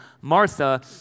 Martha